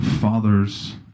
Fathers